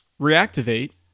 Reactivate